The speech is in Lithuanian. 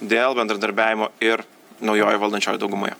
dėl bendradarbiavimo ir naujojoj valdančiojoj daugumoje